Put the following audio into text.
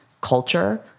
culture